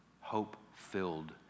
hope-filled